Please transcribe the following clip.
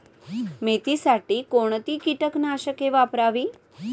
मेथीसाठी कोणती कीटकनाशके वापरावी?